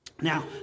Now